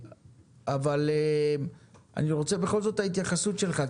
אני רוצה בכל זאת את ההתייחסות שלך,